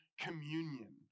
communion